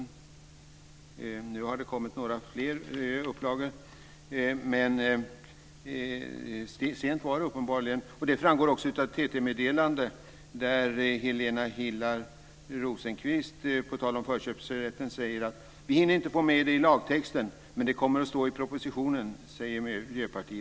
Nu har det visserligen kommit några fler upplagor, men tydligen blev det sent. Detta framgår också av ett TT-meddelande där Miljöpartiets förhandlare Helena Hillar Rosenqvist på tal om förköpsrätten säger: Vi hinner inte få med det i lagtexten, men det kommer att stå i propositionen.